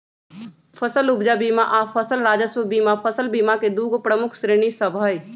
फसल उपजा बीमा आऽ फसल राजस्व बीमा फसल बीमा के दूगो प्रमुख श्रेणि सभ हइ